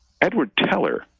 edward teller.